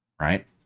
right